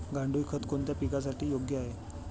गांडूळ खत कोणत्या पिकासाठी योग्य आहे?